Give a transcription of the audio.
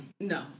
No